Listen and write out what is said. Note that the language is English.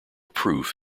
proof